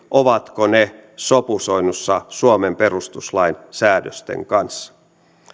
ovatko ne sopusoinnussa suomen perustuslain säädösten kanssa